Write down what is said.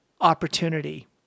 opportunity